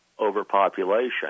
overpopulation